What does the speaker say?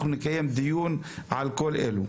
אנחנו נקיים דיון על כל אלו,